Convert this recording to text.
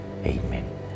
Amen